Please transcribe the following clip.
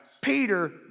Peter